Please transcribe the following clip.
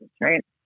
right